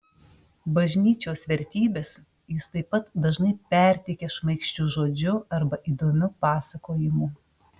bažnyčios vertybes jis taip pat dažnai perteikia šmaikščiu žodžiu arba įdomiu pasakojimu